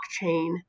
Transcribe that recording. blockchain